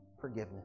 forgiveness